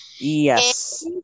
Yes